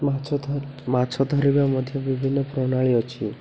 ମାଛ ଧର୍ ମାଛ ଧରିବା ମଧ୍ୟ ବିଭିନ୍ନ ପ୍ରଣାଳୀ ଅଛି